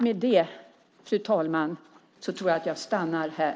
Med detta, fru talman, avslutar jag mitt anförande.